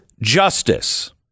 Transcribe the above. justice